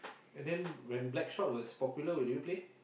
and then when Blackshot was popular did you play